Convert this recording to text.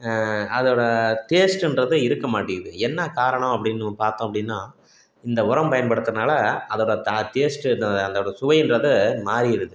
அதோடய டேஸ்ட்டுன்றது இருக்க மாட்டேங்கிது என்ன காரணம் அப்படின்னு பார்த்தோம் அப்படின்னா இந்த உரம் பயன்படுத்துறனால அதோடய த டேஸ்ட்டு இது அதோடய சுவையென்றது மாறிடுது